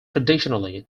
traditionally